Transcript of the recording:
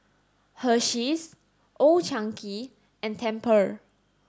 Hersheys Old Chang Kee and Tempur